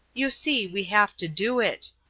you see, we have to do it,